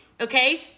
okay